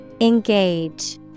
Engage